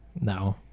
no